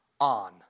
on